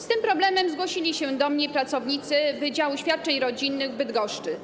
Z tym problemem zgłosili się do mnie pracownicy wydziału świadczeń rodzinnych w Bydgoszczy.